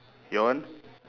your one